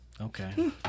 Okay